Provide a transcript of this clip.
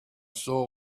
saw